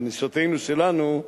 על נשותינו שלנו,